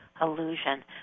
illusion